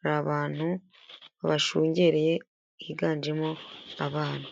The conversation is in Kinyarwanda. hari abantu bashungereye higanjemo abana.